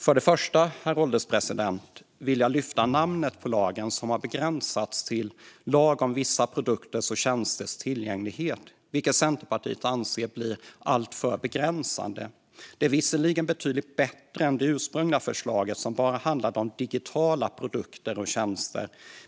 För det första, herr ålderspresident, vill jag lyfta fram namnet på lagen som har begränsats till lag om vissa produkters och tjänsters tillgänglighet, vilket Centerpartiet anser blir alltför begränsande. Det är visserligen betydligt bättre än det ursprungliga förslaget som bara handlade om digitala produkter och tjänster.